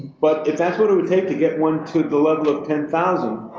but if that's what it would take to get one to the level of ten thousand,